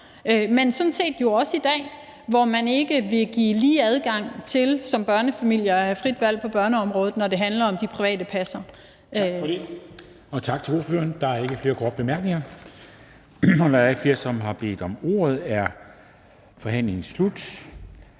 jo sådan set også i dag, hvor man ikke vil give lige adgang til børnefamilier at have frit valg på børneområdet, når det handler om de private passere.